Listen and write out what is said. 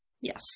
Yes